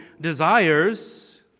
desires